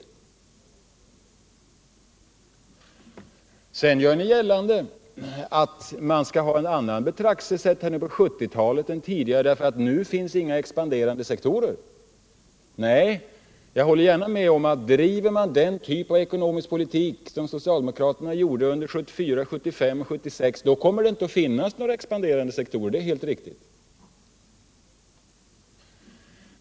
Sedan gör ni gällande att man nu skall ha ett annat betraktelsesätt än tidigare, därför att det inte längre finns några expanderande sektorer. Jag håller gärna med om att om man driver den typ av ekonomisk politik som socialdemokraterna gjorde under 1974, 1975 och 1976 kommer det inte att finnas några expanderande sektorer.